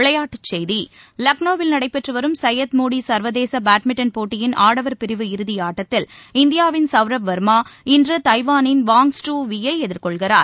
விளையாட்டுச்செய்தி லக்னோவில் நடைபெற்று வரும் சையத் மோடி சர்வதேச பேட்மிண்டன் போட்டியின் ஆடவர் பிரிவு இறுதியாட்டத்தில் இந்தியாவின் சவ்ரப் வர்மா இன்று தைவானின் வாங் ட்சூ வீ யை எதிர்கொள்கிறார்